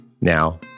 Now